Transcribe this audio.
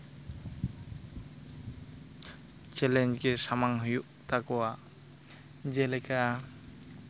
challenge ᱜᱮ ᱥᱟᱢᱟᱝ ᱦᱩᱭᱩᱜ ᱛᱟᱠᱚᱣᱟ ᱡᱮᱞᱮᱠᱟ